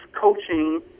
coaching